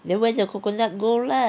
then where the coconut go lah